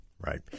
Right